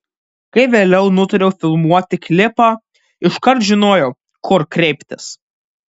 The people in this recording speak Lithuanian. kai vėliau nutariau filmuoti klipą iškart žinojau kur kreiptis